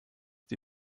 die